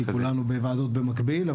כי כולנו בוועדות במקביל,